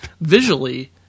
visually